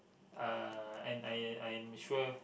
uh and I I am sure